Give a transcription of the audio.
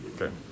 Okay